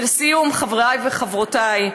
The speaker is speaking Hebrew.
ולסיום, חבריי וחברותיי,